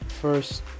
first